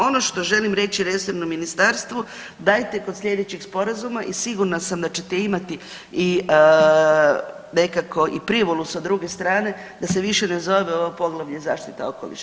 Ono što želim reći resornom ministarstvu, dajte kod sljedećeg sporazuma i sigurna sam da ćete imati nekako i privolu sa druge strane da se više ne zove ovo poglavlje zaštita okoliša.